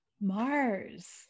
Mars